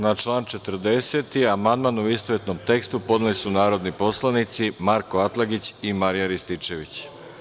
Na član 40. amandman, u istovetnom tekstu, podneli su narodni poslanici Marko Atlagić i Marijan Rističević.